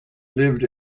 lived